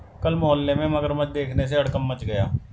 कल मोहल्ले में मगरमच्छ देखने से हड़कंप मच गया